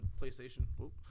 PlayStation